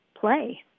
play